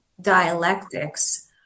dialectics